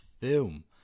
film